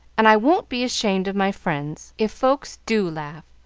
and i won't be ashamed of my friends, if folks do laugh,